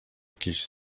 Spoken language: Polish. jakieś